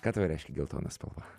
ką tau reiškia geltona spalva